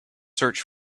search